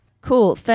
Cool